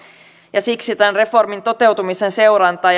siksi tämän reformin toteutumisen seuranta